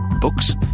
Books